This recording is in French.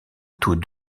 tous